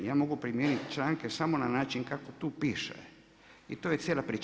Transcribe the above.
Ja mogu primijeniti članke samo na način kako tu piše i to je cilja priča.